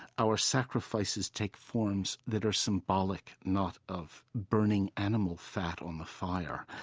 our sacrifices take forms that are symbolic, not of burning animal fat on the fire.